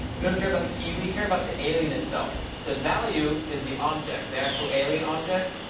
we don't care about the key. we care about the alien itself. the value is the object, the actual alien object.